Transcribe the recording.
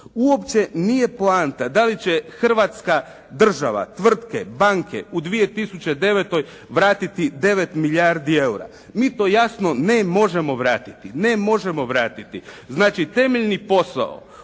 Uopće nije poanta da li će Hrvatska država, tvrtke, banke, u 2009. vratiti 9 milijardi eura. Mi to jasno ne možemo vratiti. Znači temeljni posao